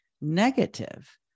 negative